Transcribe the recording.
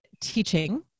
teaching